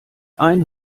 ein